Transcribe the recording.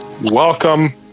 welcome